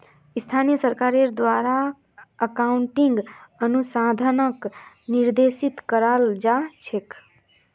स्थानीय सरकारेर द्वारे अकाउन्टिंग अनुसंधानक निर्देशित कराल जा छेक